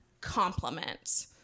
compliment